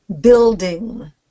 building